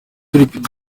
peter